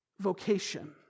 vocation